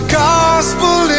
gospel